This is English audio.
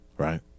right